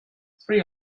three